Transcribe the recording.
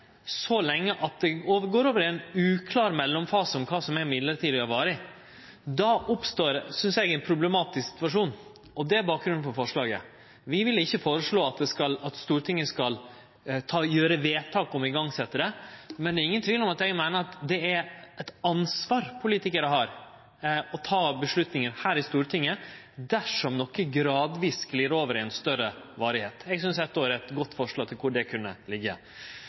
så lenge at det går over i ein uklår mellomfase om kva som er mellombels, og kva som er varig, oppstår, synest eg, ein problematisk situasjon. Det er bakgrunnen for forslaget. Vi vil ikkje føreslå at Stortinget skal gjere vedtak om å setje i gang dette, men det er ingen tvil om at eg meiner at det er eit ansvar politikarar har, å ta avgjerder her i Stortinget dersom noko gradvis sklir over i ei større varigheit. Eg synest dette var eit godt forslag om kvar det kunne liggje.